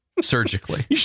Surgically